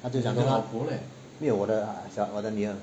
她就讲说没有我的小我的女儿